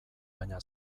baina